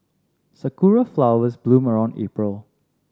sakura flowers bloom around April